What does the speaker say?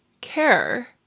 care